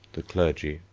the clergy,